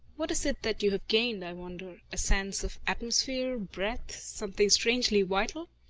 what is it that you have gained, i wonder a sense of atmosphere, breadth, something strangely vital.